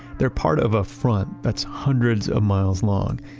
they're part of a front that's hundreds of miles long.